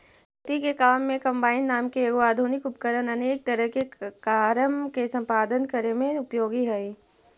खेती के काम में कम्बाइन नाम के एगो आधुनिक उपकरण अनेक तरह के कारम के सम्पादन करे में उपयोगी हई